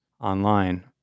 online